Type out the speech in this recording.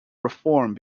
reform